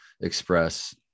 express